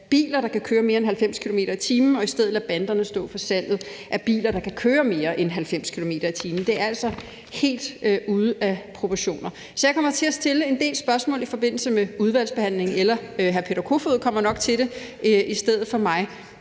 biler, der kan køre mere end 90 km/t. og i stedet lade banderne stå for salget af biler, der kan køre mere end 90 km/t., og det er altså helt ude af proportioner. Så jeg kommer til at stille en del spørgsmål i forbindelse med udvalgsbehandlingen, eller det er nok hr. Peter Kofod, der kommer til det i stedet for mig.